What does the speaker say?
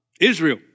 Israel